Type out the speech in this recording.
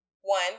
one